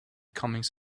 comings